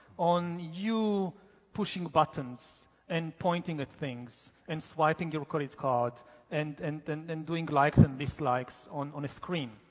on you pushing buttons and pointing at things and swiping your credit card and and then then doing likes and dislikes on a screen